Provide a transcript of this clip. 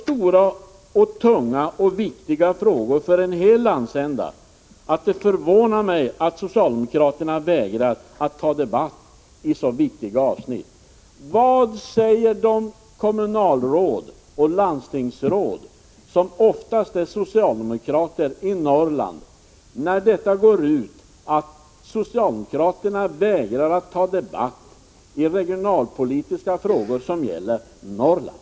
Detta är så stora, tunga och viktiga frågor för en hel landsända att det förvånar mig att socialdemokraterna vägrar att ta debatt i så viktiga avsnitt. Vad säger kommunalråden och landstingsråden i Norrland, som oftast är socialdemokrater, när det nu går ut att socialdemokraterna vägrar att ta debatt i regionalpolitiska frågor som gäller Norrland?